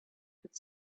could